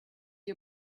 you